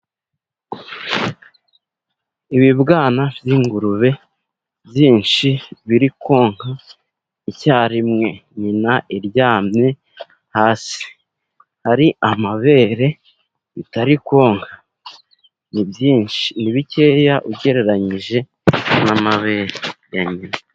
Ibibwana by'ingurube byinshi biri konka icya rimwe nyina iryamye hasi, har'amabere bitari konka, ni bikeya ugereranyije n'amabere ya nyina.